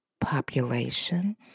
population